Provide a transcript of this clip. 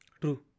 True